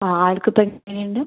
ആ ആൾക്കിപ്പോൾ എങ്ങനെയുണ്ട്